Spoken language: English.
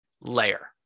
layer